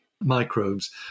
microbes